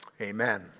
Amen